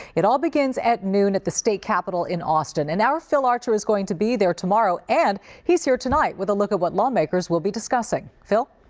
it all begins at noon at the state capitol in austin, and our phil archer is going to be there tomorrow and he's here tonight with a along at what lawmakers will be discussing. phil?